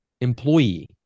employee